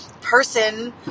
person